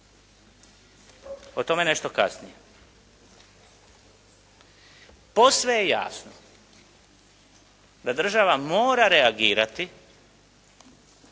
O tome nešto kasnije. Posve je jasno da država mora regulirati